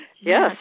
Yes